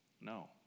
no